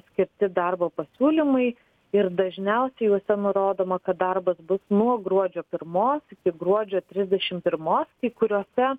skirti darbo pasiūlymai ir dažniausiai juose nurodoma kad darbas bus nuo gruodžio pirmos iki gruodžio trisdešim pirmos kai kuriose